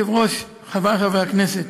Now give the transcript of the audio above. אדוני היושב-ראש, חברי חברי הכנסת,